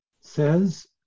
Says